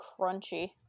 crunchy